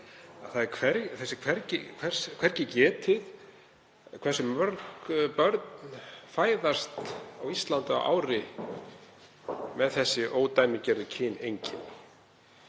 að þess er hvergi getið hversu mörg börn fæðast á Íslandi á ári með ódæmigerð kyneinkenni.